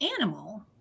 animal